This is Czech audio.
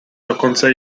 dokonce